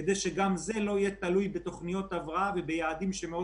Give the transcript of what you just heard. כדי שגם זה לא יהיה תלוי בתוכניות הבראה וביעדים שקשה מאוד